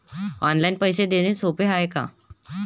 Online पैसे देण सोप हाय का?